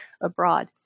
abroad